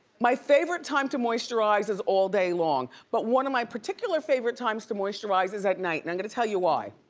my favorite time to moisturize is all day long. but one of my particular favorite times to moisturize is at night and i'm gonna tell you why.